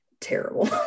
terrible